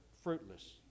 fruitless